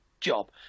job